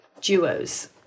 duos